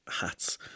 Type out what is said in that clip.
hats